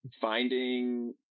finding